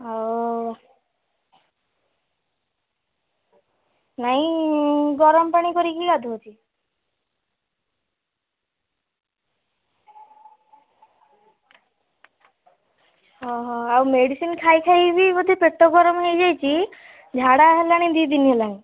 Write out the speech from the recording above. ଆଉ ନାଇଁ ଗରମ ପାଣି କରିକି ଗାଧୋଉଛି ଓହୋ ଆଉ ମେଡ଼ିସିନ୍ ଖାଇ ଖାଇ ବି ବୋଧେ ପେଟ ଗରମ ହେଇଯାଇଛି ଝାଡ଼ା ହେଲାଣି ଦୁଇ ଦିନ ହେଲାଣି